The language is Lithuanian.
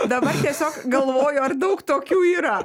dabar tiesiog galvoju ar daug tokių yra